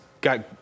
got